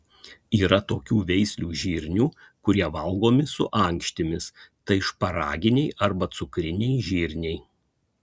yra tokių veislių žirnių kurie valgomi su ankštimis tai šparaginiai arba cukriniai žirniai